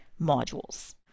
modules